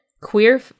Queer